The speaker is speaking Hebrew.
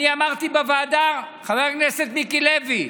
אני אמרתי בוועדה, חבר הכנסת מיקי לוי,